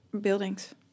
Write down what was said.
buildings